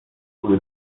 swój